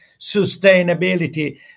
sustainability